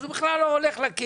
הוא בכלל לא הולך לקהילה,